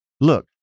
Look